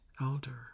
elder